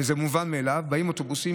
וזה מובן מאליו: באים האוטובוסים,